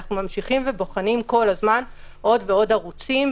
ואנחנו ממשיכים ובוחנים כל הזמן עוד ועוד ערוצים,